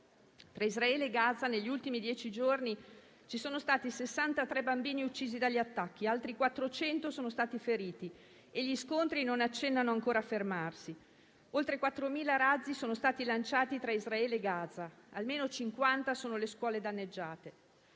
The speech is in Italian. Tra Israele e Gaza negli ultimi dieci giorni ci sono stati 63 bambini uccisi dagli attacchi, altri 400 sono stati feriti e gli scontri non accennano ancora fermarsi. Oltre 4.000 razzi sono stati lanciati tra Israele e Gaza, almeno 50 sono le scuole danneggiate.